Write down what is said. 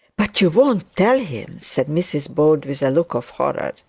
but you won't tell him said mrs bold with a look of horror.